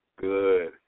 good